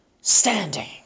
standing